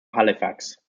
halifax